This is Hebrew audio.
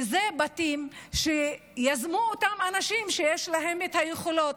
וזה בתים שיזמו אותם אנשים שיש להם יכולות.